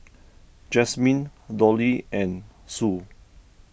Jazmine Dolly and Sue